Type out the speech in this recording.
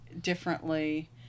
differently